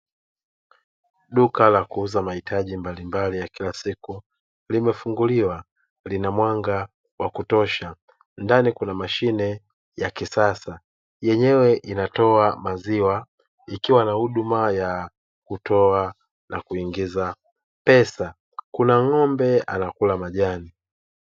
Duka la kuuza mahitaji mbalimbali ya kila siku limefunguliwa, lina mwanga wa kutosha. Ndani kuna mashine ya kisasa yenyewe inatoa maziwa ikiwa na huduma ya kutoa na kuingiza pesa; kuna ng'ombe anakula majani.